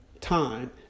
time